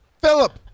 Philip